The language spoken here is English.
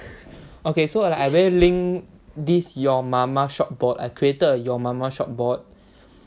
okay so I like I go link this your mama shop bot I created a your mama shop bot